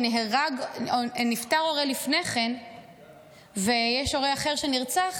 אם נהרג או נפטר הורה לפני כן ויש הורה אחר שנרצח,